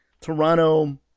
Toronto